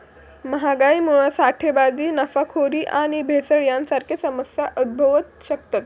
महागाईमुळा साठेबाजी, नफाखोरी आणि भेसळ यांसारखे समस्या उद्भवु शकतत